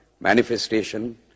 Manifestation